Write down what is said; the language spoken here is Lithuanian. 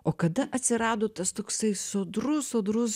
o kada atsirado tas toksai sodrus sodrus